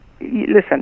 listen